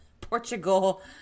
Portugal